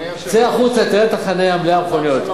צא החוצה, תראה את החנייה מלאה במכוניות.